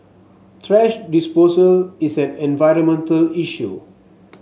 thrash disposal is an environmental issue